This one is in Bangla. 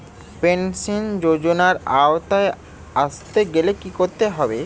পেনশন যজোনার আওতায় আসতে গেলে কি করতে হবে?